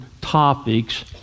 topics